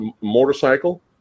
motorcycle